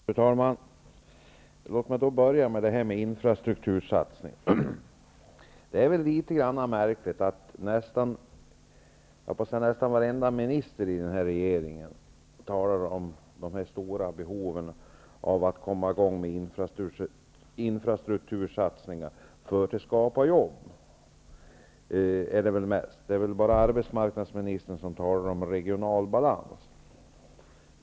Fru talman! Låt mig börja med detta med infrastruktursatsningar. Det är litet märkligt att nästan varenda minister i den här regeringen talar om de stora behoven av att komma i gång med infrastruktursatsningar för att skapa jobb. Det är väl bara arbetsmarknadsministern som talar om regional balans.